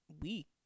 week